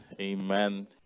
Amen